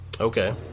Okay